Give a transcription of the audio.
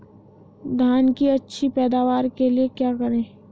धान की अच्छी पैदावार के लिए क्या करें?